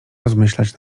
rozmyślać